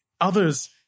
others